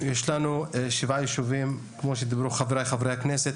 יש לנו שבעה יישובים כמו שדיברו חבריי חברי הכנסת.